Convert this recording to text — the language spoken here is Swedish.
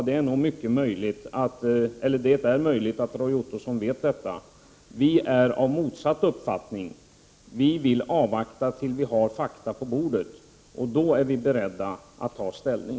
Det är möjligt att Roy Ottosson vet detta. Vi är dock av motsatt uppfattning. Vi vill avvakta tills vi får fakta på bordet, och då är vi beredda att ta ställning.